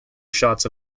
shots